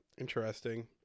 interesting